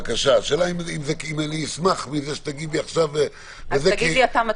השאלה אם אני אשמח שתגידי עכשיו את זה,